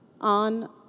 on